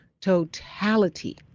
totality